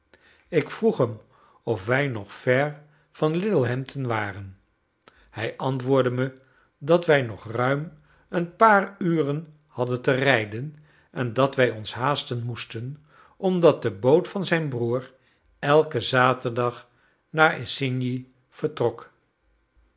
ik vroeg hem of wij nog ver van littlehampton waren hij antwoordde me dat wij nog ruim een paar uren hadden te rijden en dat wij ons haasten moesten omdat de boot van zijn broer elken zaterdag naar isigny vertrok